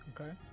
Okay